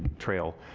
trail,